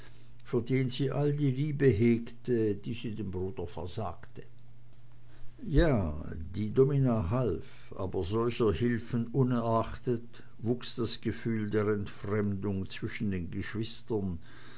den sie all die liebe hegte die sie dem bruder versagte ja die domina half aber solcher hilfen unerachtet wuchs das gefühl der entfremdung zwischen den geschwistern